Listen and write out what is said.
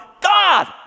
God